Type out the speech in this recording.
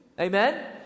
Amen